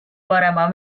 parema